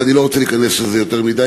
ואני לא רוצה להיכנס לזה יותר מדי,